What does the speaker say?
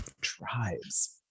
Tribes